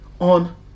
on